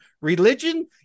religion